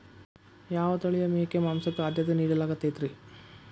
ಯಾವ ತಳಿಯ ಮೇಕೆ ಮಾಂಸಕ್ಕ, ಆದ್ಯತೆ ನೇಡಲಾಗತೈತ್ರಿ?